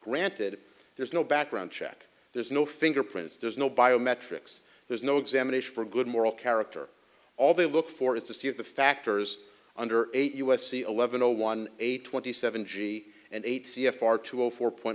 granted there's no background check there's no fingerprints there's no biometrics there's no examination for good moral character all they look for is to see if the factors under eight u s c eleven zero one eight twenty seven g and eight c f r two zero four